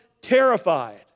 terrified